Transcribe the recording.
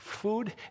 Food